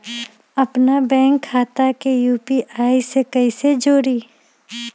अपना बैंक खाता के यू.पी.आई से कईसे जोड़ी?